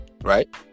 Right